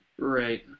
Right